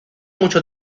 mucho